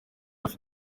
hafi